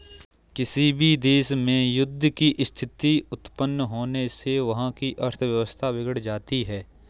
किसी भी देश में युद्ध की स्थिति उत्पन्न होने से वहाँ की अर्थव्यवस्था बिगड़ जाती है